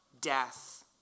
death